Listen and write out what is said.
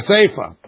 Sefer